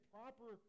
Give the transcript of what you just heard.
proper